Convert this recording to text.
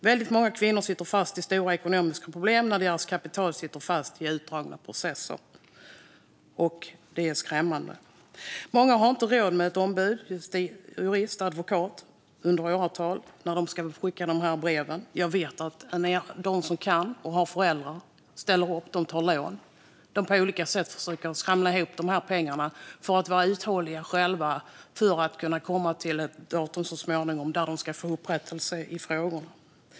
Väldigt många kvinnor sitter fast i stora ekonomiska problem när deras kapital sitter fast i utdragna processer. Det är skrämmande. Många har inte råd med ett ombud, jurist eller advokat i åratal när de ska skicka de här breven. Jag vet att de som kan och till exempel har föräldrar som ställer upp tar lån och på olika sätt försöker att skramla ihop de här pengarna för att själva vara uthålliga och så småningom kunna komma till ett datum när de ska få upprättelse i frågan.